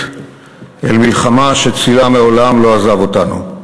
אל מלחמה שצלה לא עזב אותנו מעולם.